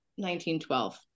1912